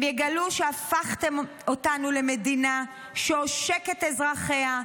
הם יגלו שהפכתם אותנו למדינה שעושקת את אזרחיה,